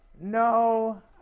No